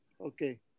okay